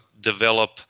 develop